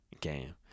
game